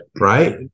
Right